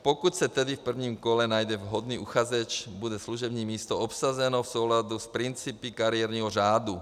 Pokud se tedy v prvním kole najde vhodný uchazeč, bude služební místo obsazeno v souladu s principy kariérního řádu.